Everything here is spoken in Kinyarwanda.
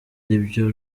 iryo